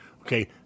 okay